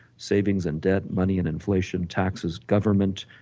savings and debt, money and inflation, taxes, governments,